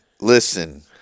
Listen